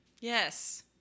Yes